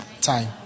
Time